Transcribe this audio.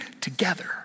together